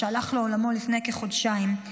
שהלך לעולמו לפני כחודשיים,